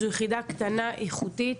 זאת יחידה קטנה ואיכותית.